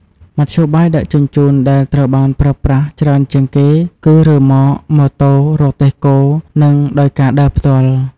មធ្យោបាយដឹកជញ្ជូនដែលត្រូវបានប្រើប្រាស់ច្រើនជាងគេ គឺរ៉ឺម៉ក ម៉ូតូ រទេះគោ និងដោយការដើរផ្ទាល់។